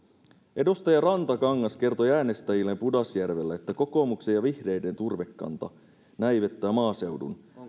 edustaja rantakangas kertoi äänestäjilleen pudasjärvellä että kokoomuksen ja vihreiden turvekanta näivettää maaseudun